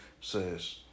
says